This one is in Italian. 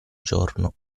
giorno